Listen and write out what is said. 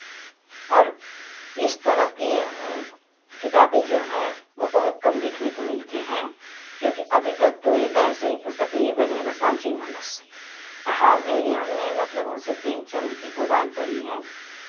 और इस तरह की किताबें जो हैं वो बहुत कम देखने को मिलती हैं क्योंकि अभी तक तो एक ऐसी पुस्तक यही बनी है बस रामचरितमानस और हाल में ही हमने मतलब मुंशी प्रेमचंद की पुस्तक गोदान पढ़ी है